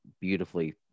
beautifully